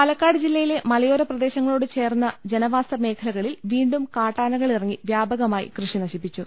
പാലക്കാട് ജില്ലയില്ലെ മലയോര പ്രദേശങ്ങളോട് ചേർന്ന ജനവാസ മേഖലകളിൽ വീണ്ട്ടും കാട്ടാനകളിറങ്ങി വ്യാപകമായി കൃഷി നശിപ്പിച്ചു